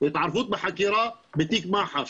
בתיק מח"ש.